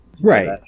Right